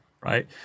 right